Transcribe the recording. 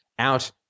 out